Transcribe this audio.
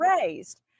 raised